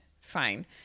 fine